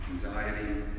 anxiety